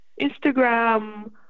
Instagram